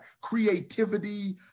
creativity